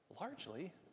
largely